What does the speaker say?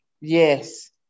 Yes